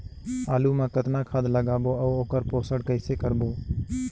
आलू मा कतना खाद लगाबो अउ ओकर पोषण कइसे करबो?